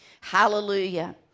Hallelujah